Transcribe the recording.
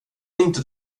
inte